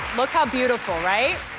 look how beautiful, right?